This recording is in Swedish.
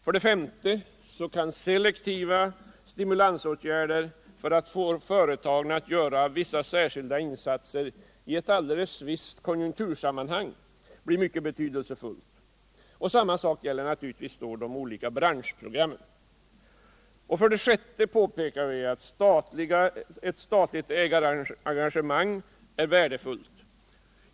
För det femte kan selektiva stimulansåtgärder för att få företagen att göra särskilda insatser i ett alldeles visst konjunktursammanhang bli mycket betydelsefulla. Detsamma gäller de olika branschprogrammen. För det sjätte påpekar vi att ett statligt ägarengagemang är värdefullt.